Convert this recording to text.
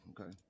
Okay